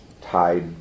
tied